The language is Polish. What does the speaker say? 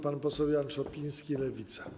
Pan poseł Jan Szopiński, Lewica.